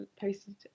posted